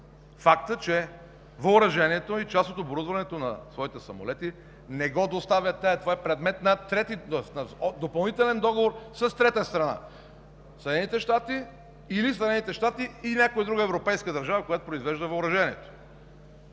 факта, че въоръжението и част от оборудването на своите самолети не го доставят те, а е предмет на допълнителен договор с трета страна – или Съединените щати, или САЩ и някоя друга европейска държава, която произвежда въоръжението.